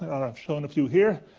i've shown a few here.